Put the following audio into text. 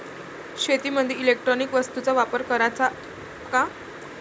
शेतीमंदी इलेक्ट्रॉनिक वस्तूचा वापर कराचा का?